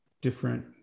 different